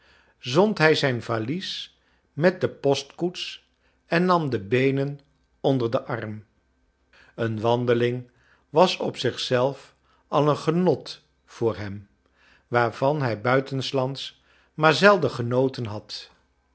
zond hij zijn valies met de postkoets en nam de beenen onder den arm een wandeiing was op zich zelf al een genot voor hem waarvan hij buitenslands maar zelden genoten had